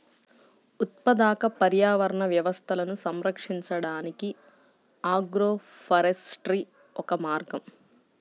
ఉత్పాదక పర్యావరణ వ్యవస్థలను సంరక్షించడానికి ఆగ్రోఫారెస్ట్రీ ఒక మార్గం